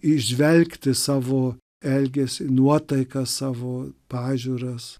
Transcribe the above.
įžvelgti savo elgesį nuotaiką savo pažiūras